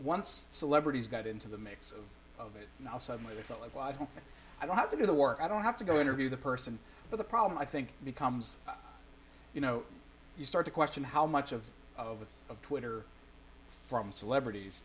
once celebrities got into the mix of of it now suddenly full of life and i don't have to do the work i don't have to go interview the person but the problem i think becomes you know you start to question how much of of of twitter from celebrities